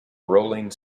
rolling